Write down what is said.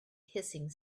hissing